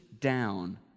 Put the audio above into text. down